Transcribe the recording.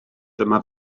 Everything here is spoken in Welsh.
dyma